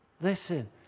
Listen